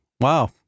wow